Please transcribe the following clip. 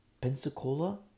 Pensacola